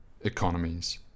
economies